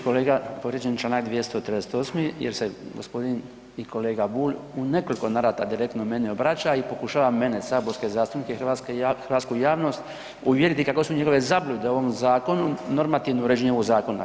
Kolega povrijeđen je čl. 238. jer se gospodin i kolega Bulj u nekoliko navrata direktno meni obraća i pokušava mene i saborske zastupnike i hrvatsku javnost uvjeriti kako su njegove zablude u ovom zakonu normativno uređenje ovog zakona.